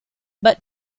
but